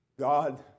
God